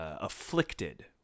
afflicted